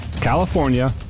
California